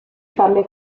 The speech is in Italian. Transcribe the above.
farle